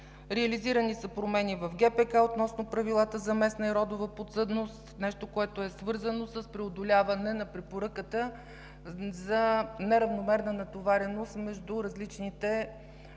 Реализирани са промени в ГПК относно правилата за местна и родова подсъдност – нещо, което е свързано с преодоляване на препоръката за неравномерна натовареност между различните